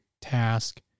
task